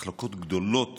מחלוקות גדולות